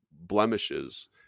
blemishes